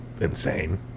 insane